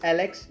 Alex